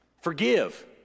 Forgive